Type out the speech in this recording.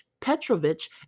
Petrovich